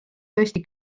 tõesti